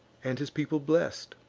and his people blest